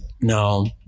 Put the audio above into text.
No